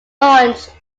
launched